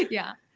yeah.